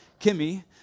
Kimmy